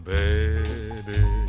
baby